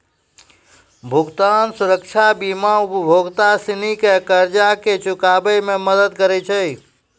भुगतान सुरक्षा बीमा उपभोक्ता सिनी के कर्जा के चुकाबै मे मदद करै छै